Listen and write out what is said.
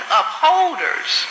upholders